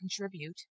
contribute